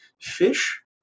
Fish